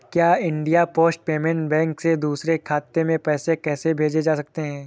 क्या India post payment bank से दूसरे खाते में पैसे भेजे जा सकते हैं?